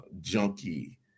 junkie